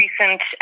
recent